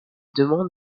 demande